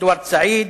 אדוארד סעיד,